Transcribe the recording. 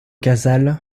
casals